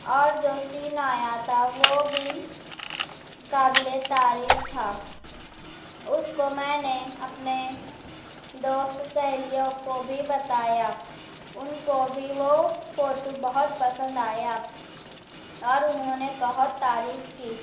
اور جو سین آیا تھا وہ بھی قابل تعریف تھا اس کو میں نے اپنے دوست سہیلیوں کو بھی بتایا ان کو بھی وہ فوٹو بہت پسند آیا اور انہوں نے بہت تعریف کی